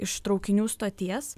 iš traukinių stoties